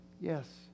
yes